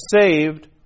saved